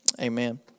Amen